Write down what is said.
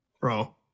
bro